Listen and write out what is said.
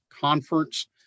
Conference